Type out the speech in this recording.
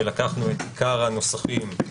ולקחנו את עיקר הנוסחים,